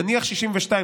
נניח 62,